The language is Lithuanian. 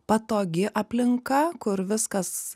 patogi aplinka kur viskas